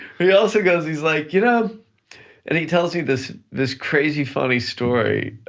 he also goes, he's like, you know and he tells me this this crazy funny story